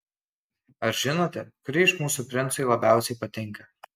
ar žinote kuri iš mūsų princui labiausiai patinka